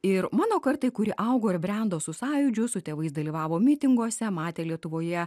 ir mano kartai kuri augo ir brendo su sąjūdžiu su tėvais dalyvavo mitinguose matė lietuvoje